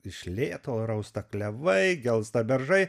iš lėto rausta klevai gelsta beržai